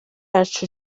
uwacu